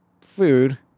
food